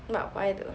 not why